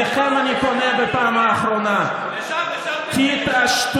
אליכם אני פונה בפעם האחרונה, מפתחות